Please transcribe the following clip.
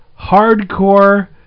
hardcore